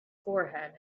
forehead